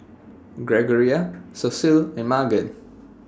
Gregoria Cecile and Magan